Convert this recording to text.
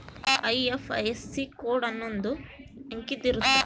IFSC code ಅನ್ನೊಂದ್ ಅಂಕಿದ್ ಇರುತ್ತ